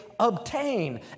obtain